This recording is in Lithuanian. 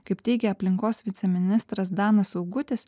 kaip teigė aplinkos viceministras danas augutis